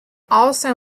also